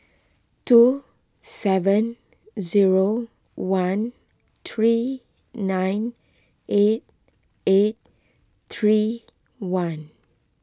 two seven zero one three nine eight eight three one